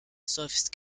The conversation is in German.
seufzt